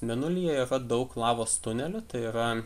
mėnulyje yra daug lavos tunelių tai yra